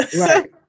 Right